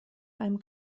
einem